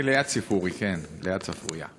אני ליד ספוריה, כן, ליד ציפורי.